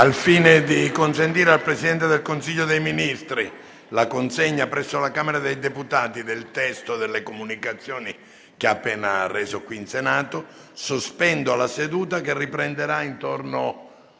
Al fine di consentire al Presidente del Consiglio dei ministri la consegna presso la Camera dei deputati del testo delle comunicazioni che ha appena reso qui in Senato, sospendo la seduta, che riprenderà